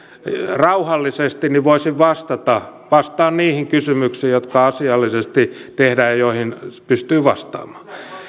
rauhallisesti jotta voisin vastata vastaan niihin kysymyksiin jotka asiallisesti tehdään ja joihin pystyy vastaamaan